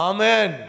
Amen